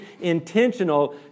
intentional